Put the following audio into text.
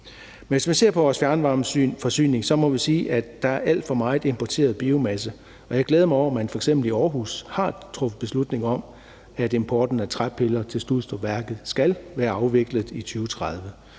Men hvis man ser på vores fjernvarmeforsyning, må vi sige, at der er alt for meget importeret biomasse, og jeg glæder mig over, at man f.eks. i Aarhus har truffet beslutning om, at importen af træpiller til Studstrupværket skal være afviklet i 2030.